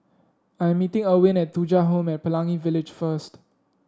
I am meeting Erwin at Thuja Home at Pelangi Village first